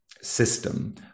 system